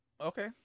Okay